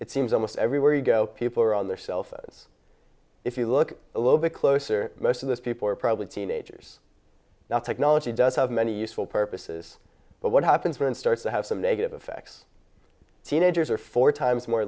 it seems almost everywhere you go people are on their cell phones if you look a little bit closer most of those people are probably teenagers now technology does have many useful purposes but what happens when it starts to have some negative effects teenagers are four times more